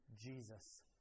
Jesus